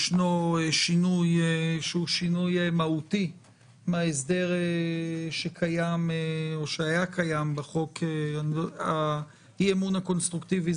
שיש שינוי מהותי מן ההסדר שהיה קיים בחוק האי-אמון הקונסטרוקטיבי.